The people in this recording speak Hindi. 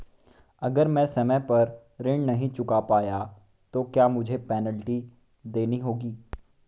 अगर मैं समय पर ऋण नहीं चुका पाया तो क्या मुझे पेनल्टी देनी होगी?